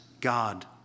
God